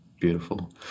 beautiful